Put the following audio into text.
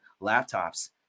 laptops